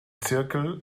zirkel